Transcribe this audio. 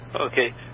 Okay